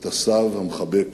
את הסב המחבק,